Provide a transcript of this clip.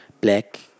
Black